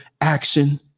action